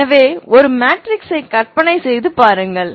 எனவே ஒரு மேட்ரிக்ஸை கற்பனை செய்து பாருங்கள்